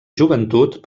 joventut